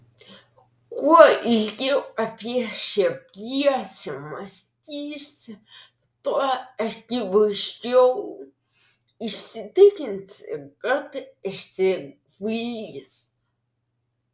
kuo ilgiau apie šią pjesę mąstysi tuo akivaizdžiau įsitikinsi kad esi kvailys